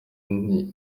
iyi